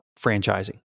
franchising